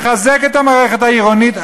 לחזק את המערכת העירונית,